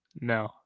No